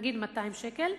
נגיד 200 שקל,